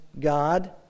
God